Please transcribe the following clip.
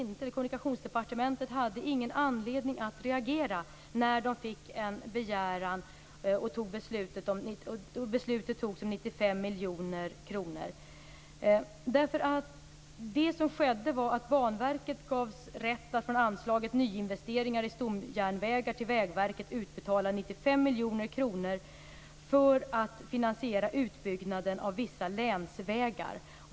Nej, Kommunikationsdepartementet hade ingen anledning att reagera när man fick en begäran och beslut fattades om 95 miljoner kronor. Det som skedde var att Banverket gavs rätt att från anslaget Nyinvesteringar i stomjärnvägar till Vägverket utbetala 95 miljoner kronor för att finansiera utbyggnaden av vissa länsvägar.